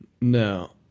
No